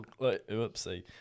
Oopsie